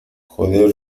joder